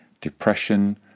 depression